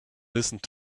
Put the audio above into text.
listened